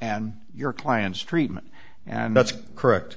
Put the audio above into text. and your client's treatment and that's correct